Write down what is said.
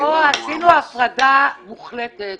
עשינו הפרדה מוחלטת של